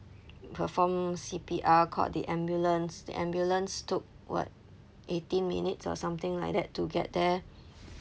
performed C_P_R called the ambulance the ambulance took what eighteen minutes or something like that to get there